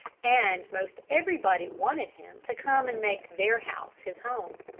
and most everybody wanted him to come and make their house his home.